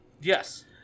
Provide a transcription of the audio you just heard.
Yes